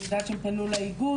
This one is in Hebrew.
אני יודעת שהם פנו לאיגוד,